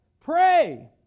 pray